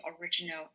original